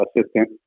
assistant